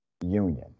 union